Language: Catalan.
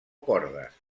cordes